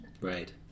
right